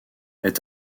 est